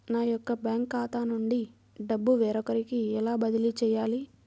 నా యొక్క బ్యాంకు ఖాతా నుండి డబ్బు వేరొకరికి ఎలా బదిలీ చేయాలి?